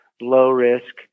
low-risk